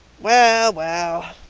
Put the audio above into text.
well. well.